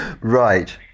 Right